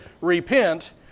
Repent